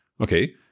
Okay